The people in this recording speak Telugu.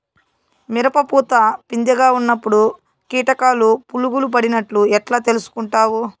మిరప పూత పిందె గా ఉన్నప్పుడు కీటకాలు పులుగులు పడినట్లు ఎట్లా తెలుసుకుంటావు?